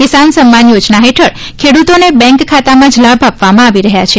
કિસાન સન્માન યોજના હેઠળ ખેડૂતોને બેન્ક ખાતામાં જ લાભ આપવામાં આવી રહ્યાં છે